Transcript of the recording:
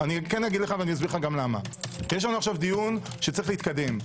יש פה דיון שצריך להתקדם.